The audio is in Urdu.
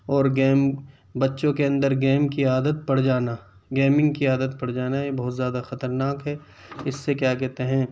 اور گیم بچوں کے اندر گیم کی عادت پڑ جانا گیمنگ کی عادت پڑ جانا یہ بہت زیادہ خطرناک ہے اس سے کیا کہتے ہیں